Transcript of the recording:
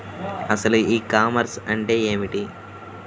అసలు ఈ కామర్స్ అంటే ఏమిటి?